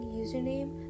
username